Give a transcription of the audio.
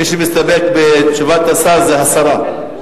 מי שמסתפק בתשובת השר, זה הסרה.